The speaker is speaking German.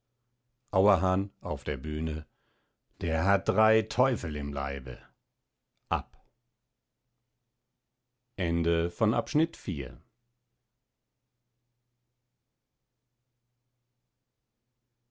auerhahn auf der bühne der hat drei teufel im leibe ab